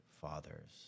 fathers